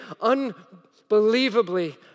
unbelievably